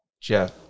Jeff